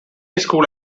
school